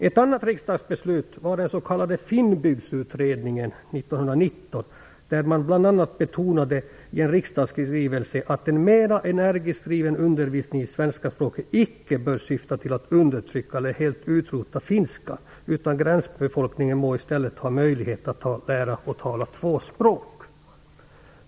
Finnbygdsutredningen 1919, där man bl.a. i en riksdagsskrivelse betonade att en mera energiskt driven undervisning i svenska språket icke bör syfta till att undertrycka eller helt utrota finska, utan gränsbefolkningen må i stället ha möjlighet att lära och tala två språk.